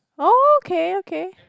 oh okay okay